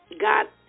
Got